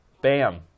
bam